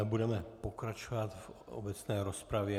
Budeme pokračovat v obecné rozpravě.